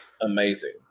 amazing